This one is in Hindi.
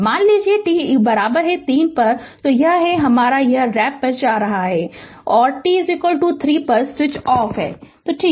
मान लीजिए t 3 पर यह है कि हमारा यह रैंप पर जा रहा है और t 3 पर स्विच ऑफ है ठीक